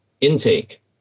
intake